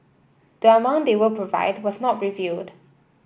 the amount they will provide was not revealed